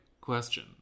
question